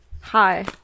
hi